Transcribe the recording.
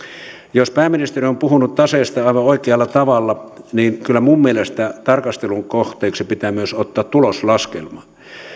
jos pääministeri on on puhunut taseesta ja aivan oikealla tavalla niin kyllä minun mielestäni tarkastelun kohteeksi pitää ottaa myös tuloslaskelma